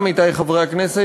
עמיתי חברי הכנסת,